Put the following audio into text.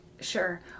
Sure